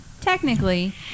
technically